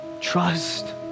Trust